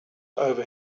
over